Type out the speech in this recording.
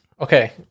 Okay